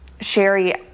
Sherry